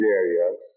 areas